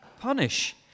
punish